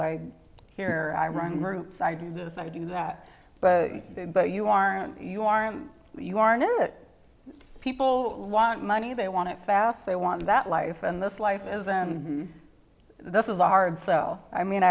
like here i run merchants i do this i do that but but you aren't you aren't you are not it people want money they want to fast they want that life and this life isn't this is a hard sell i mean